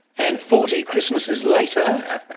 and forty christmases later,